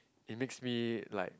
it makes me like